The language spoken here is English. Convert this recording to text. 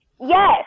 Yes